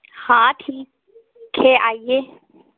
हाँ ठीक है आइए